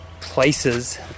places